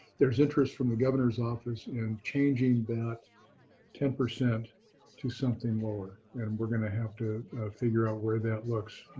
there's interest from the governor's office in changing that ten percent to something lower. and we're going to have to figure out where that looks.